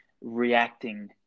reacting